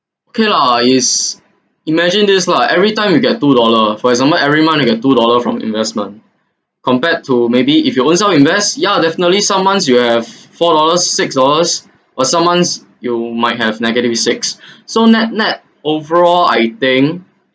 okay lah is imagined this lah every time you get two dollar for example every month you get two dollar from investment compared to maybe if you own self invest ya definitely some months you have four dollars six dollars or some months you might have negative six so nett nett overall I think